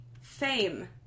fame